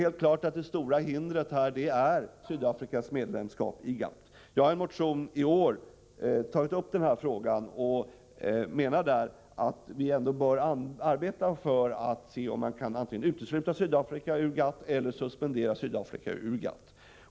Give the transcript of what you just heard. Det stora hindret är helt klart Sydafrikas medlemskap i GATT. Jag har i en motion i år tagit upp denna fråga och menar där att vi ändå bör arbeta för att se om man kan antingen utesluta eller suspendera Sydafrika ur GATT.